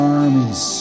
armies